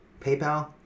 paypal